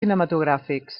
cinematogràfics